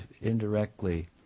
indirectly